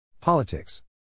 Politics